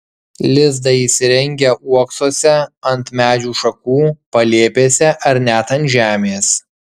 lizdą įsirengia uoksuose ant medžių šakų palėpėse ar net ant žemės